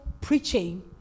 preaching